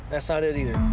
that's not it either.